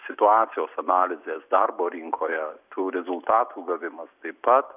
situacijos analizės darbo rinkoje tų rezultatų gavimas taip pat